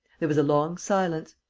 there was a long silence.